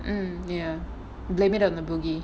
mm ya blame it on the boogie